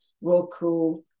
Roku